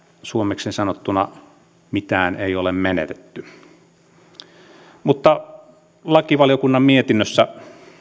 suomeksi sanottuna mitään ei ole menetetty lakivaliokunnan mietinnössä